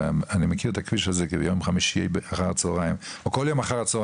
אני מכיר את הכביש הזה כי ביום חמישי אחה"צ או כל יום אחה"צ,